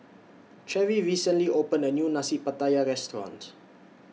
Cheri recently opened A New Nasi Pattaya Restaurant